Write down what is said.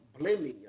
blaming